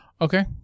Okay